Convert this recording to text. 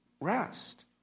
rest